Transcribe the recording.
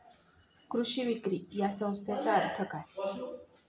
कृषी विक्री या संज्ञेचा अर्थ काय?